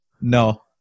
No